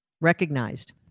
recognized